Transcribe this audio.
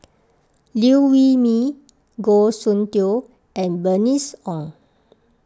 Liew Wee Mee Goh Soon Tioe and Bernice Ong